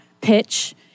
pitch